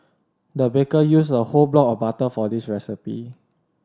the baker used a whole block of butter for this recipe